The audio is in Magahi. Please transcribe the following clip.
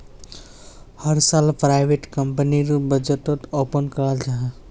हर साल प्राइवेट कंपनीर बजटोक ओपन कराल जाहा